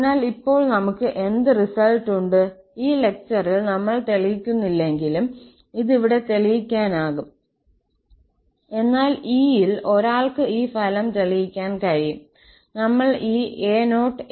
അതിനാൽ ഇപ്പോൾ നമുക്ക് എന്ത് റിസൾട്ട് ഉണ്ട് ഈ ലെക്ചറിൽ നമ്മൾ തെളിയിക്കുന്നില്ലെങ്കിലും ഇത് ഇവിടെ തെളിയിക്കാനാകും എന്നാൽ 𝐸 ൽ ഒരാൾക്ക് ഈ ഫലം തെളിയിക്കാൻ കഴിയും നമ്മൾ ഈ a0a1a2